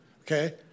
okay